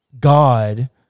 God